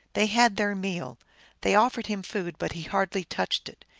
they had their meal they offered him food, but he hardly touched it.